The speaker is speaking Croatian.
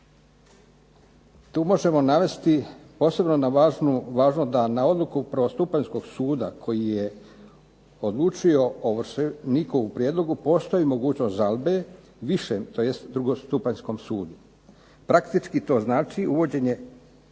Tu možemo navesti posebno na važnu, važno da na odluku prvostupanjskog suda koji je odlučio ovršenikovu prijedlogu postoji mogućnost žalbe višem tj. drugostupanjskom sudu. Praktički to znači uvođenje